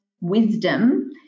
wisdom